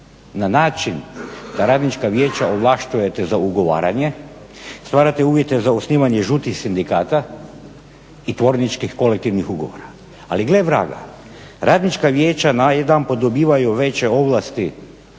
na način da radnička vijeća ovlašćujete za ugovaranje stvarate uvjete za osnivanje žutih sindikata i tvorničkih kolektivnih ugovora. Ali gle Vraga, radnička vijeća najedanput dobivaju veće ovlasti